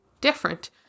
different